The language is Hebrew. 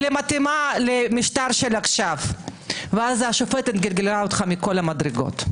כי היא לא מתאימה למשטר של עכשיו והשופטת גלגלה אותך מכל המדרגות.